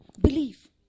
believe